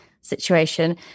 situation